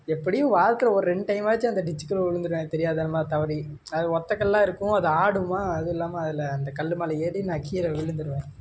எப்படியும் வாரத்தில் ஒரு ரெண்டு டைமாச்சும் அந்த டிச்சுக்குள்ளே விழுந்துருவேன் தெரியாத்தனமா தவறி அது ஒற்றைக் கல்லாக இருக்கும் அது ஆடுமா அதுவும் இல்லாமல் அதில் அந்த கல் மேலே ஏறி நான் கீழே விழுந்துவிடுவேன்